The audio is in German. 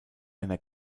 einer